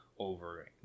over